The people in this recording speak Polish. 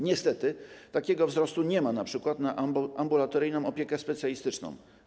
Niestety takiego wzrostu nie ma np. na ambulatoryjną opiekę specjalistyczną.